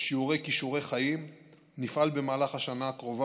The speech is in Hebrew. שיעורי כישורי חיים נפעל במהלך השנה הקרובה